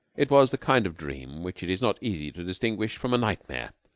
it was the kind of dream which it is not easy to distinguish from a nightmare.